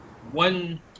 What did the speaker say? One